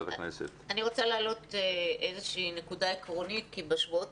אני רוצה להעלאות איזושהי נקודה עקרונית כי בשבועות